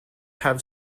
have